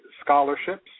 scholarships